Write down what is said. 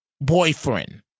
boyfriend